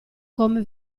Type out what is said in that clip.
come